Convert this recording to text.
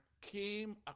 came